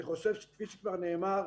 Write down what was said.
כפי שכבר נאמר,